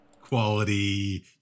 quality